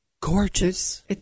gorgeous